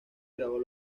grabó